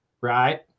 right